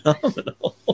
phenomenal